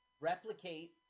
Replicate